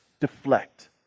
deflect